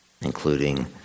including